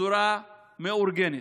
בצורה מאורגנת.